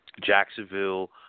Jacksonville